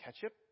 ketchup